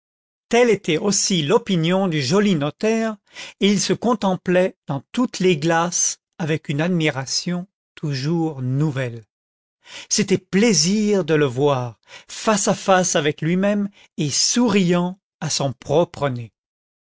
telle était aussi l'opinion du joli notaire et il se contemplait dans toutes les glaces avec une admiration toujours nouvelle c'était plaisir de le voir face à face avec lui-même et souriant à son propre nez